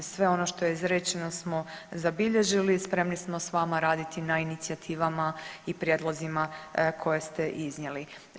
Sve ono što je izrečeno smo zabilježili i spremni smo s vama raditi na inicijativama i prijedlozima koje ste iznijeli.